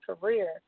career